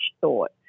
thought